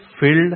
filled